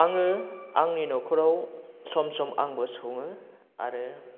आङो आंनि नख'राव सम सम आंबो सङो आरो